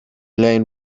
lane